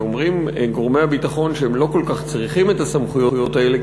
ואומרים גורמי הביטחון שהם לא כל כך צריכים את הסמכויות האלה,